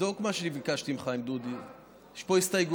תבדוק מה שביקשתי ממך, עם דודי, יש פה הסתייגויות,